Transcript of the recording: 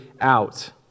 out